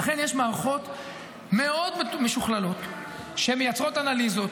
ולכן יש מערכות מאוד משוכללות שמייצרות אנליזות.